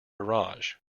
garage